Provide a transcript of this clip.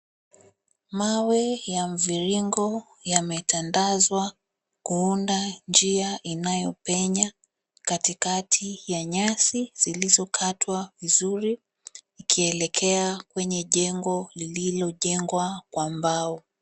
Mawe ya mviringo yametandazwa kuunda njia inayopenya katikati ya nyasi zilizokatwa vizuri ikielekea kwenye jengo lililojengwa kwa mbao.